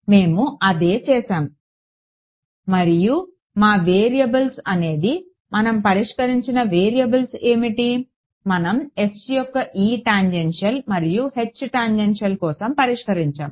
మేము అదే చేసాము మరియు మా వేరియబుల్స్ అనేది మనం పరిష్కరించిన వేరియబుల్స్ ఏమిటి మనం S యొక్క E టాంజెన్షియల్ మరియు H టాంజెన్షియల్ కోసం పరిష్కరించాము